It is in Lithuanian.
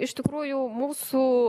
iš tikrųjų mūsų